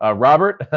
ah robert.